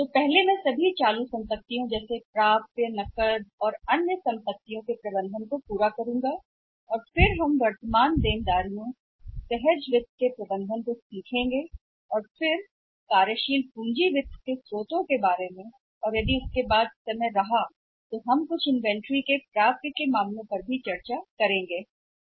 और पहले मैं सभी मौजूदा परिसंपत्तियों के प्रबंधन को पूरा करूंगा जैसे प्राप्य नकद अन्य संपत्ति और फिर हम वर्तमान देनदारियों सहज वित्त के प्रबंधन के बारे में जानेंगे और फिर कार्यशील पूंजी वित्त के स्रोत और उसके बाद भी हमारे पास अभी भी समय है कुछ मामलों पर भी चर्चा कर सकते हैं शायद कुछ मामलों में सूची या प्राप्य पर